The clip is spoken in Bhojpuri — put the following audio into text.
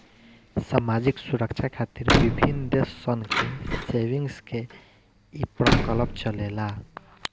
सामाजिक सुरक्षा खातिर विभिन्न देश सन में सेविंग्स के ई प्रकल्प चलेला